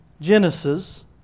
Genesis